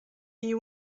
you